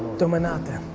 domenata.